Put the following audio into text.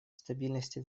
стабильности